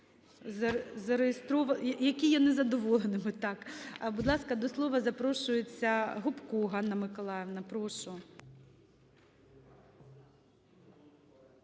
які є незадоволеними, – так. Будь ласка, до слова запрошується Гопко Ганна Миколаївна. Прошу.